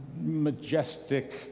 majestic